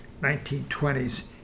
1920s